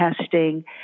testing